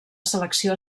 selecció